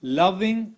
loving